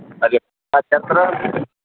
అది ఎప్పుడు స్టార్ట్ చేస్తారు